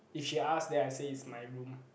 if she ask then I say is my room